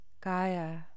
Gaia